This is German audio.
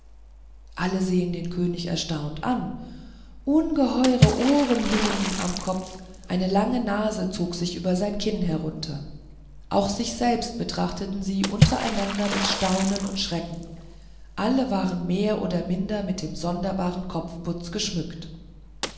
alle sehen den könig erstaunt an ungeheure ohren hingen ihm am kopf eine lange nase zog sich über sein kinn herunter auch sich selbst betrachteten sie untereinander mit staunen und schrecken alle waren mehr oder minder mit dem sonderbaren kopfputz geschmückt